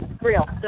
real